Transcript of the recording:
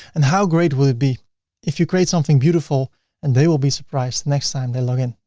and how great would it be if you create something beautiful and they will be surprised next time they log in.